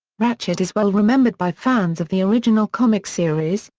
ratchet is well-remembered by fans of the original comic series,